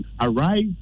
arrived